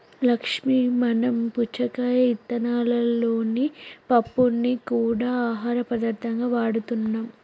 లక్ష్మీ మనం పుచ్చకాయ ఇత్తనాలలోని పప్పుని గూడా ఆహార పదార్థంగా వాడుతున్నాం